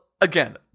again